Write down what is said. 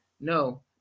No